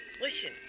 Listen